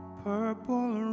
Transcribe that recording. purple